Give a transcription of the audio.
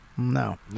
No